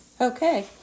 okay